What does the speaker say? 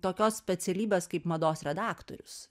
tokios specialybės kaip mados redaktorius